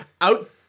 out